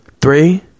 Three